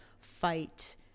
fight